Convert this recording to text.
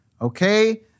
Okay